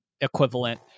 equivalent